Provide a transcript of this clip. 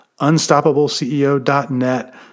unstoppableceo.net